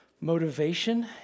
motivation